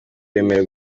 yemerewe